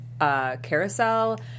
carousel